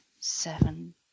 seven